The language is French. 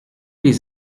les